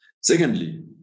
Secondly